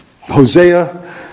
Hosea